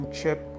Chip